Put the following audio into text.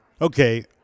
okay